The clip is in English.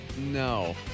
No